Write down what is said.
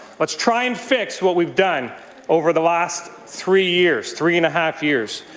let's try and fix what we've done over the last three years, three and a half years.